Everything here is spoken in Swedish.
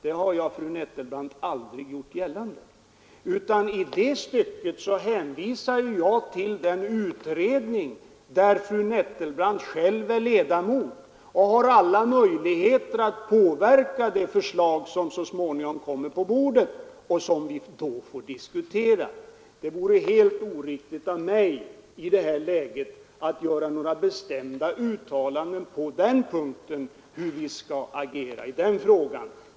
Det har jag aldrig gjort gällande, utan i det stycket hänvisar jag till den utredning, som fru Nettelbrandt själv är ledamot av och där hon har alla möjligheter att påverka de förslag som så småningom kommer på bordet och som vi då får diskutera. Det vore helt oriktigt av mig att i det läget göra några bestämda uttalanden om hur vi skall agera i den frågan.